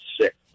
sick